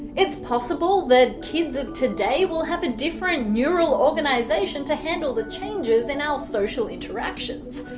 it's possible that kids of today will have a different neural organisation to handle the changes in our social interactions.